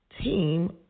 team